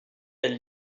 elles